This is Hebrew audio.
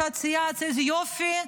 שאת צייצת: איזה יופי,